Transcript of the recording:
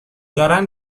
دارن